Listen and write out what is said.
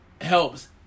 helps